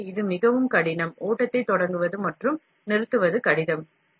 எனவே இது மிகவும் கடினம் ஓட்டத்தைத் தொடங்குவது மற்றும் நிறுத்துவது கடினம்